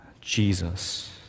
Jesus